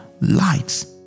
lights